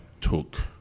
took